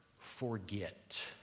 forget